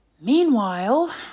Meanwhile